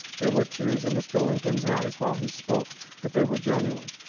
there were tears in mr. lincoln's eyes while he spoke, but they were genuine.